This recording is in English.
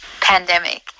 pandemic